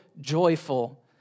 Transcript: joyful